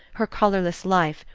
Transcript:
her colorless life,